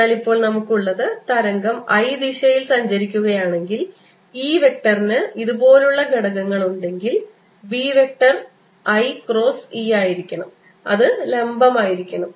അതിനാൽ ഇപ്പോൾ നമുക്ക് ഉള്ളത് തരംഗം i ദിശയിൽ സഞ്ചരിക്കുകയാണെങ്കിൽ E വെക്ടറിന് ഇതുപോലുള്ള ഘടകങ്ങൾ ഉണ്ടെങ്കിൽ B vector i cross E ആയിരിക്കണം അത് ലംബമായിരിക്കണം